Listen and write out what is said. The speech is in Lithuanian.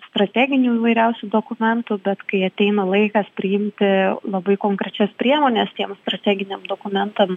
strateginių įvairiausių dokumentų bet kai ateina laikas priimti labai konkrečias priemones tiems strateginiam dokumentam